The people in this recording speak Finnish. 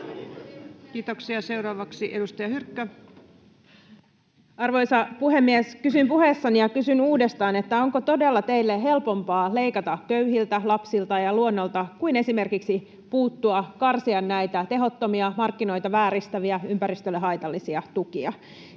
Kiitoksia. — Seuraavaksi edustaja Hyrkkö. Arvoisa puhemies! Kysyin puheessani ja kysyn uudestaan, onko todella teille helpompaa leikata köyhiltä, lapsilta ja luonnolta kuin esimerkiksi karsia näitä tehottomia, markkinoita vääristäviä, ympäristölle haitallisia tukia?